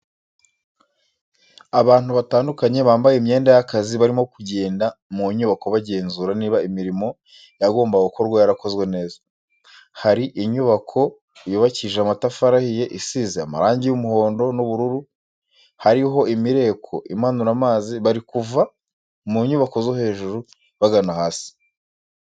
Abantu batandukanye bambaye imyenda y'akazi barimo kugenda mu nyubako bagenzura niba imirimo yagombaga gukorwa yarakozwe neza, hari inyubako yubakishije amatafari ahiye isize amarangi y'umuhondo n'ubururu, hariho imireko imanura amazi, bari kuva mu nyubako zo hejuru bagana hasi.